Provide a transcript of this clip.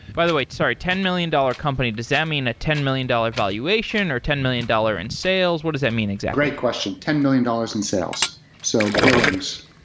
by the way, sorry, ten million dollars company. does that mean a ten million dollars valuation, or ten million dollars in sales? what does that mean exactly? great question. ten million dollars in sales, so billings.